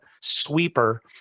sweeper